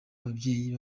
ababyeyi